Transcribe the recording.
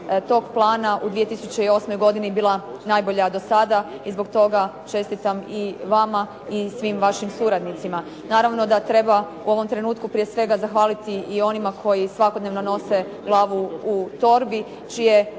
tog plana u 2008. godini bila najbolja do sada i zbog toga čestitam i vama i svim vašim suradnicima. Naravno da treba u ovom trenutku prije svega zahvaliti i onima koji svakodnevno nose glavu u torbi,